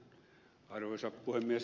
kerrankin olen ed